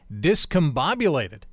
discombobulated